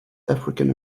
african